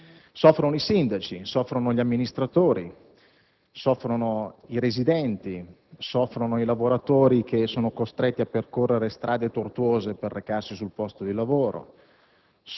Soffrono i sindaci e gli amministratori; soffrono i residenti; soffrono i lavoratori costretti a percorrere strade tortuose per recarsi sul posto di lavoro;